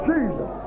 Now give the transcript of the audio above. Jesus